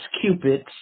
cupids